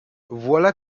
voilà